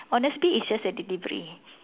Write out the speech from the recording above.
honestbee is just a delivery